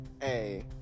hey